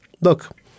Look